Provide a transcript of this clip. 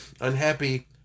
unhappy